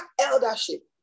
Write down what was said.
eldership